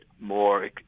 more